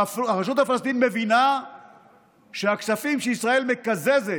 הרשות הפלסטינית מבינה שהכספים שישראל מקזזת